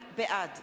בעד